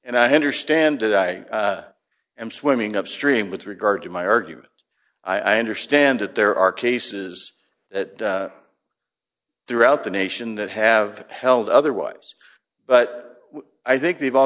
and i understand that i am swimming upstream with regard to my argument i understand it there are cases that throughout the nation that have held otherwise but i think they've all